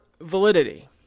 validity